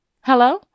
Hello